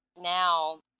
now